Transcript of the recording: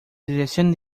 dirección